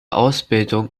ausbildung